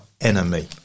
enemy